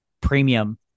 premium